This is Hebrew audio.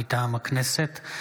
מטעם הכנסת,